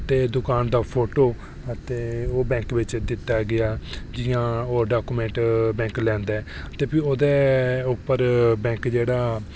ते दुकान दा फोटो ते ओह् बैंक बिच दित्ता गेआ जि'यां होर डॉक्यूमेंट बैंक लैंदा ऐ ते भी ओह्दे उप्पर बैंक जेह्ड़ा